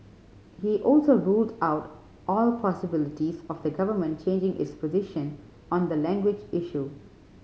he also ruled out all possibilities of the Government changing its position on the language issue